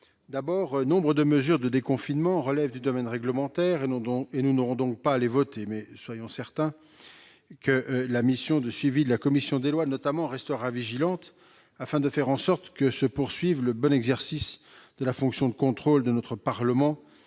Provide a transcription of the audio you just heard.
D'abord, nombre de mesures de déconfinement relèvent du domaine réglementaire. Nous n'aurons donc pas à les examiner, mais, soyons-en certains, la mission de suivi de la commission des lois restera vigilante pour que se poursuive le bon exercice de la fonction de contrôle du Parlement,